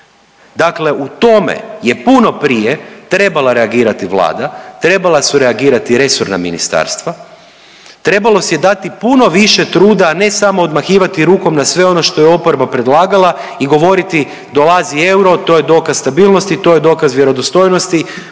Dakle, u tome je puno prije treba reagirati Vlada, trebala su reagirati resorna ministarstva, trebalo si je dati puno više truda, a ne samo odmahivati rukom na sve ono što je oporba predlagala i govoriti dolazi euro, to je dokaz stabilnosti, to je dokaz vjerodostojnosti